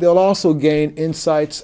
they'll also gain insights